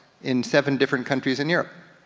in seven different countries in europe.